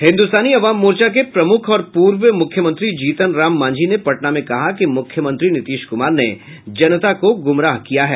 हिन्दुस्तानी अवाम मोर्चा के प्रमुख और पूर्व मुख्यमंत्री जीतन राम मांझी ने पटना में कहा कि मुख्यमंत्री नीतीश कुमार ने जनता को गुमराह किया है